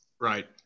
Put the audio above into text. Right